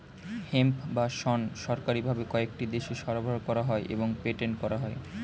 hemp বা শণ সরকারি ভাবে কয়েকটি দেশে সরবরাহ করা হয় এবং পেটেন্ট করা হয়